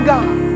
God